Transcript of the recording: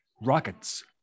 rockets